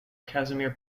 casimir